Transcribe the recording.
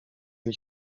een